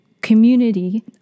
community